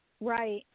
Right